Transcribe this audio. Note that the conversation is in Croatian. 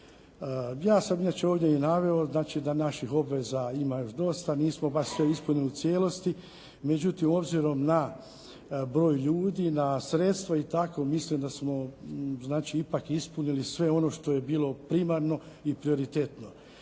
Ja sam inače ovdje i naveo znači da naših obveza ima još dosta. Nismo baš sve ispunili u cijelosti međutim obzirom na broj ljudi, na sredstva i tako mislim da smo znači ipak ispunili sve ono što je bilo primarno i prioritetno.